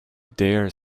dare